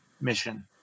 mission